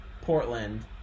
Portland